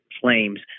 flames